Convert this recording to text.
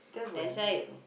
that side